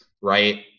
right